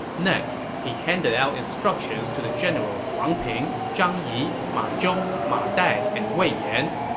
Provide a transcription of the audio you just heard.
next, he handed out instructions to the generals wang ping, zhang yi, ma zhong, ma dai, and wei yan.